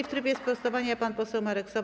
W trybie sprostowania pan poseł Marek Sowa.